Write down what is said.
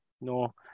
no